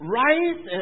rice